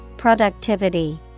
Productivity